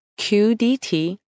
QDT